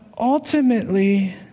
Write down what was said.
Ultimately